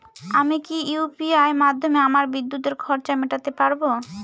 আমি কি ইউ.পি.আই মাধ্যমে আমার বিদ্যুতের খরচা মেটাতে পারব?